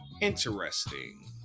Interesting